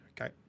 Okay